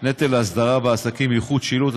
נטל האסדרה בעסקים (איחוד שילוט),